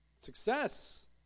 success